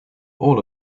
all